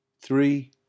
Three